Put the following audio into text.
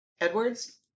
Edwards